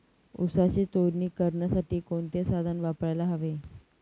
ऊसाची तोडणी करण्यासाठी कोणते साधन वापरायला हवे?